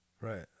Right